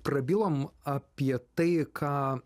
prabilom apie tai ką